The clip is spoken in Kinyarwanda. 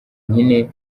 nkine